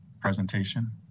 presentation